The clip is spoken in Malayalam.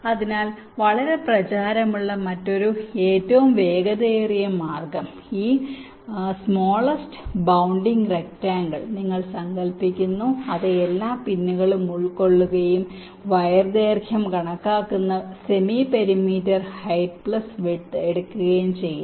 എന്നാൽ വളരെ പ്രചാരമുള്ള മറ്റൊരു ഏറ്റവും വേഗതയേറിയ മാർഗ്ഗം ഈ സ്മാലസ്റ് ബൌണ്ടിങ് റെക്ടാങ്കിൾ നിങ്ങൾ സങ്കൽപ്പിക്കുന്നു അത് എല്ലാ പിന്നുകളും ഉൾക്കൊള്ളുകയും വയർ ദൈർഘ്യം കണക്കാക്കുന്ന semi perimeter height plus width എടുക്കുകയും ചെയ്യുന്നു